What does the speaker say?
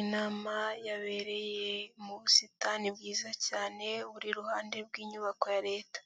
Inama yabereye mu busitani bwiza cyane buri iruhande rw'inyubako ya Leta,